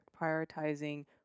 prioritizing